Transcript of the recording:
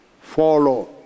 follow